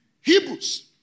Hebrews